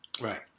Right